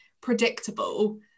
predictable